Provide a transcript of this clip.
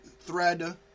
thread